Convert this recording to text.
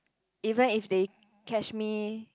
even if they catch me